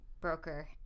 broker